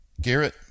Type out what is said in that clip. Garrett